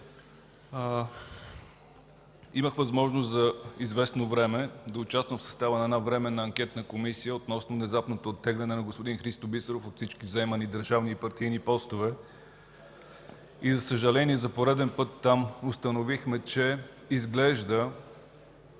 Имах възможност за известно време да участвам в състава на една временна анкетна комисия относно внезапното оттегляне на господин Христо Бисеров от всички заемани държавни и партийни постове и, за съжаление, за пореден път там установихме, че изглежда